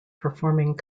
performing